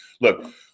look